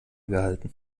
gehalten